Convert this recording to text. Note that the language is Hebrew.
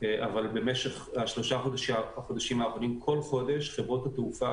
במשך שלושת החודשים האחרונים כל חודש חברות התעופה